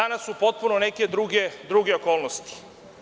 Danas su potpuno neke druge okolnosti.